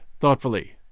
thoughtfully